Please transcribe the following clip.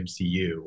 mcu